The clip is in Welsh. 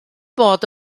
bod